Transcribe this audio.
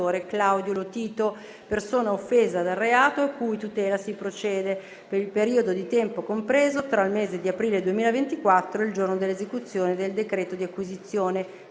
Claudio Lotito, persona offesa dal reato e a cui tutela si procede, per il periodo di tempo compreso tra il mese di aprile 2024 e il giorno dell'esecuzione del decreto di acquisizione,